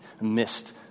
missed